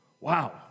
Wow